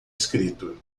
escrito